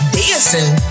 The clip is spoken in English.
dancing